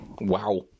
Wow